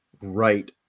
right